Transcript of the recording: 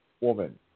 woman